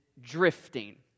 drifting